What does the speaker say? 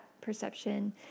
perception